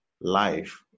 life